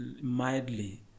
mildly